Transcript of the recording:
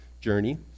Journey